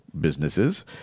businesses